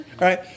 right